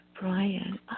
Brian